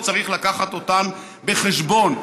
וצריך להביא אותן בחשבון,